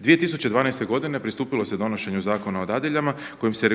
2012. godine pristupilo se donošenju Zakona o dadiljama kojim se